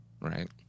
Right